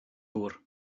gŵr